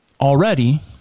already